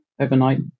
overnight